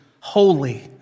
Holy